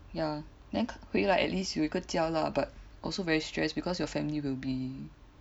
ya then 回来 at least 有个家啦 but also very stress because your family will be